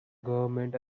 government